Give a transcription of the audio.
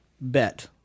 Bet